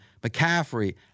McCaffrey